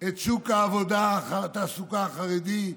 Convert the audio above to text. את שוק התעסוקה החרדי,